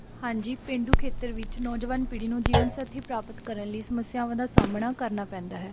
ਹਾਂਜੀ ਪੇਂਡੂ ਖੇਤਰ ਵਿੱਚ ਨੌਜਵਾਨ ਪੀੜ੍ਹੀ ਨੂੰ ਜੀਵਨਸਾਥੀ ਪ੍ਰਾਪਤ ਕਰਨ ਲਈ ਸਮੱਸਿਆਵਾਂ ਦਾ ਸਾਹਮਣਾ ਕਰਨਾ ਪੈਂਦਾ ਹੈ